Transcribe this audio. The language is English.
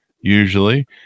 usually